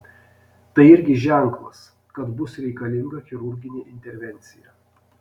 tai irgi ženklas kad bus reikalinga chirurginė intervencija